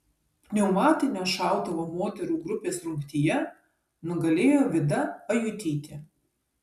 pneumatinio šautuvo moterų grupės rungtyje nugalėjo vida ajutytė